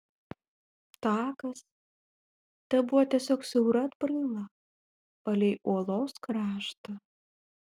takas tebuvo tiesiog siaura atbraila palei uolos kraštą